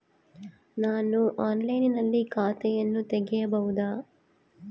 ನಾನು ಆನ್ಲೈನಿನಲ್ಲಿ ಖಾತೆಯನ್ನ ತೆಗೆಯಬಹುದಾ?